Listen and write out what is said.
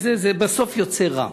בסוף זה יוצא רע.